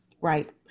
Right